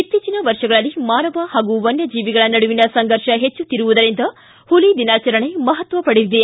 ಇತ್ತೀಚಿನ ವರ್ಷಗಳಲ್ಲಿ ಮಾನವ ಹಾಗೂ ವನ್ನಜೀವಿಗಳ ನಡುವಿನ ಸಂಘರ್ಷ ಹೆಚ್ಚುತ್ತಿರುವುದರಿಂದ ಹುಲಿ ದಿನಾಚರಣೆ ಮಹತ್ವ ಪಡೆದಿದೆ